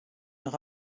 noch